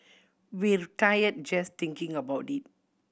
we're tired just thinking about it